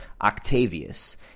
Octavius